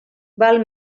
val